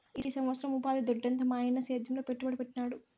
ఈ సంవత్సరం ఉపాధి దొడ్డెంత మాయన్న సేద్యంలో పెట్టుబడి పెట్టినాడు